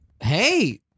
Hey